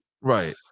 Right